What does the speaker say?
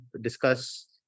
discuss